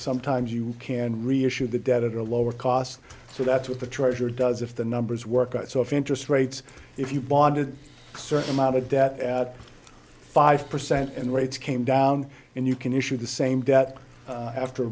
sometimes you can reassure the debt at a lower cost so that's what the treasurer does if the numbers work out so if interest rates if you bonded certain amount of debt at five percent and rates came down and you can issue the same debt after